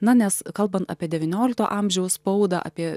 na nes kalbant apie devyniolikto amžiaus spaudą apie